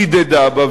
צידדה בה,